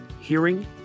hearing